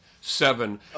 seven